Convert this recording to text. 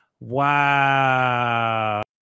Wow